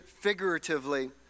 figuratively